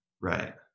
Right